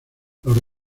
los